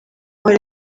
hari